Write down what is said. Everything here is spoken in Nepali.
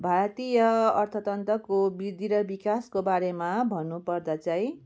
भारतीय अर्थतन्त्रको वृद्धि र विकासको बारेमा भन्नुपर्दा चाहिँ